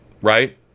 right